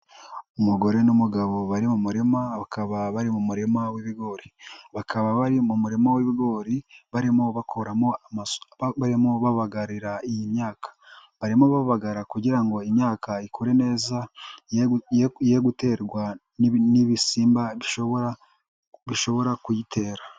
Umugore n'umugabo bari mu murima bakaba bari mu murima w'ibigori, bakaba bari mu murima w'ibigori barimo bakora, barimo babagarira iyi myaka, barimo babagara kugira ngo imyaka ikure neza ye guterwa n'ibisimba bishobora kuyitera.